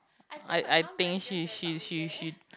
I I think she she she she